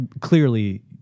clearly